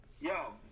Yo